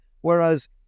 Whereas